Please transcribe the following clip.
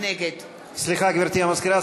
נגד סליחה, גברתי המזכירה.